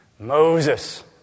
Moses